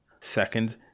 Second